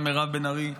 גם מירב בן ארי ואחרים,